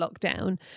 lockdown